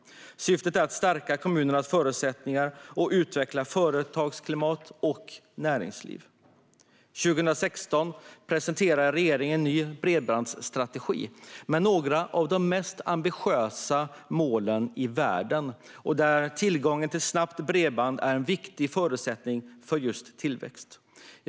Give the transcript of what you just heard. Syftet är att stärka kommunernas förutsättningar att utveckla företagsklimat och näringsliv. År 2016 presenterade regeringen en ny bredbandsstrategi med några av de mest ambitiösa målen i världen. Tillgången till snabbt bredband är en viktig förutsättning för tillväxt.